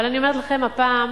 אבל אני אומרת לכם, הפעם